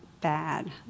bad